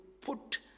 put